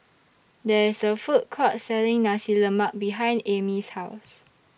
There IS A Food Court Selling Nasi Lemak behind Amy's House